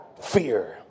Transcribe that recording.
fear